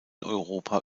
europa